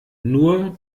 nur